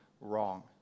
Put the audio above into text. wrong